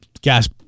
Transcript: gas